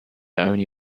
only